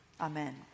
Amen